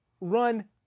run